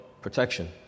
protection